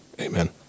Amen